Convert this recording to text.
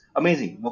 amazing